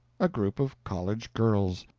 a group of college girls.